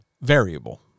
variable